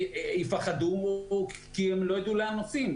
הם יפחדו כי הם לא ידעו לאן נוסעים.